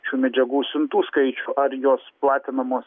šių medžiagų siuntų skaičių ar jos platinamos